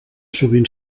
sovint